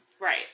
Right